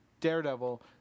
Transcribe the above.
Daredevil